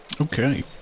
Okay